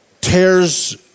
tears